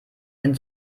den